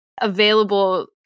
available